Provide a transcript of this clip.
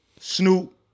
Snoop